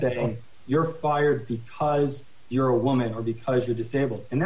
setting you're fired because you're a woman or because you're disabled and